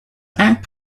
act